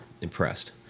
impressed